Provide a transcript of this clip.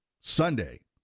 Sunday